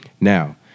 Now